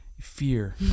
Fear